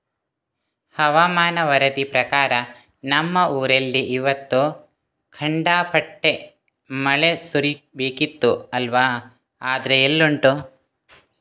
ಹವಾಮಾನ ವರದಿ ಪ್ರಕಾರ ನಮ್ಮ ಊರಲ್ಲಿ ಇವತ್ತು ಖಂಡಾಪಟ್ಟೆ ಮಳೆ ಸುರೀಬೇಕಿತ್ತು ಅಲ್ವಾ ಆದ್ರೆ ಎಲ್ಲುಂಟು